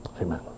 Amen